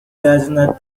gardener